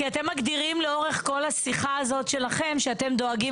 כי אתם מגדירים לאורך כל השיחה הזאת שלכם שאתם דואגים